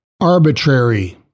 arbitrary